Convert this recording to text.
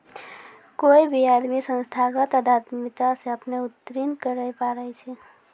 कोय भी आदमी संस्थागत उद्यमिता से अपनो उन्नति करैय पारै छै